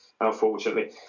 unfortunately